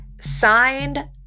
Signed